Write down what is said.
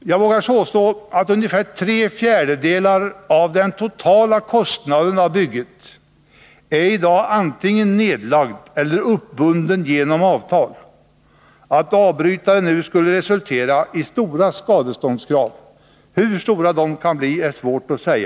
Jag vågar påstå att ungefär tre fjärdedelar av den totala kostnaden för bygget i dag antingen är nedlagda eller uppbundna genom avtal. Att avbryta nu skulle resultera i stora skadeståndskrav. Hur stora de skulle bli är svårt att säga.